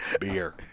Beer